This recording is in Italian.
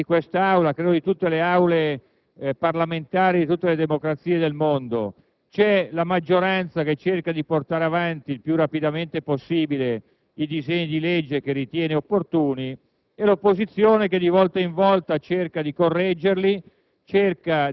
veramente inusitato. Sappiamo benissimo qual è il gioco di questa Aula, che credo sia delle aule parlamentari di tutte le democrazie del mondo. La maggioranza cerca di portare avanti il più rapidamente possibile i disegni di legge che ritiene opportuni